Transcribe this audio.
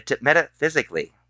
metaphysically